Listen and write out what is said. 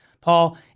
Paul